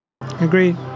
Agreed